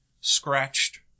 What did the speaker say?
scratched